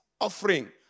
offering